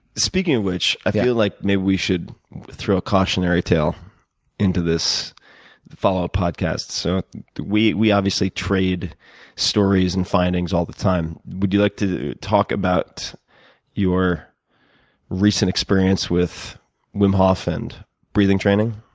speaking of which, i feel like maybe we should throw a cautionary tale into this fall podcast. so we we obviously trade stories and findings all the time. would you like to talk about your recent experience with wim hof and breathing training?